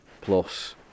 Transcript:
plus